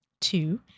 Two